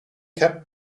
kept